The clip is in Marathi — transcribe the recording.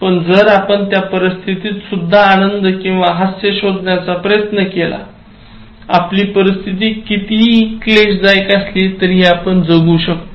पण जर आपण त्या परिस्थितीत सुद्धा आनंद किंवा हास्य शोधण्याचा प्रयत्न केला आपली परिस्थिती कितीही क्लेशकारक असली तरीही आपण जगू शकता